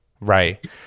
right